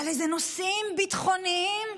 על איזה נושאים ביטחוניים?